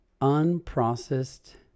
unprocessed